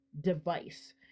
device